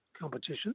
competition